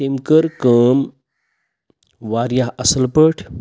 تٔمۍ کٔر کٲم واریاہ اَصٕل پٲٹھۍ